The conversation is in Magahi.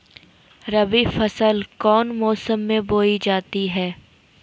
रबी फसल कौन मौसम में बोई जाती है?